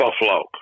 Buffalo